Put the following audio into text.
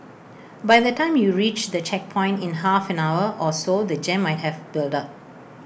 by the time you reach the checkpoint in half an hour or so the jam might have built up